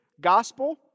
gospel